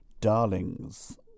Darlings